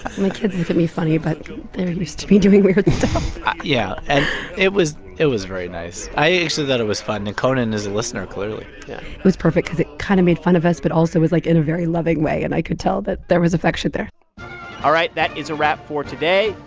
my kids look at me funny. but they're used to me doing weird stuff yeah. and it was it was very nice. i actually thought it was fun. and conan is a listener, clearly yeah it was perfect cause it kind of made fun of us but also was, like, in a very loving way. and i could tell that there was affection there all right. that is a wrap for today.